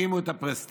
לא הרימו את הפרסטיז'ה